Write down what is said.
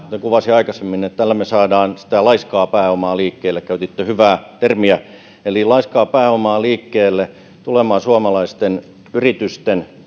kuvasin aikaisemmin että tällä me saamme sitä laiskaa pääomaa liikkeelle käytitte hyvää termiä eli laiskaa pääomaa liikkeelle tulemaan suomalaisten yritysten